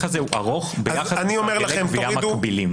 הזה הוא ארוך ביחס לסרגלי גבייה מקבילים.